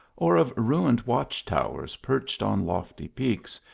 or of ruined watch-towers perched on lofty peaks,